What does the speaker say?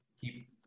keep